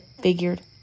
figured